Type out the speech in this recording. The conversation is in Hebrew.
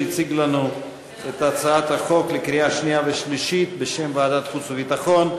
שהציג לנו את הצעת החוק לקריאה שנייה ושלישית בשם ועדת החוץ והביטחון.